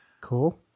Cool